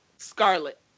Scarlet